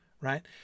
right